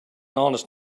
honest